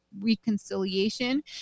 reconciliation